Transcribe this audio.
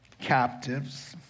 captives